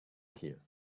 here